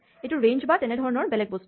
এইটো ৰেঞ্জ বা তেনেধৰণৰ বেলেগ বস্তু